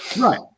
Right